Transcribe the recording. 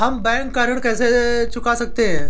हम बैंक का ऋण कैसे चुका सकते हैं?